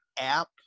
app